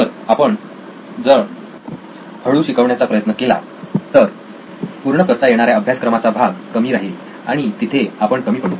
तर आपण जर हळू शिकवण्याचा प्रयत्न केला तर पूर्ण करता येणाऱ्या अभ्यासक्रमाचा भाग कमी राहील आणि तिथे आपण कमी पडू